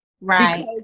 right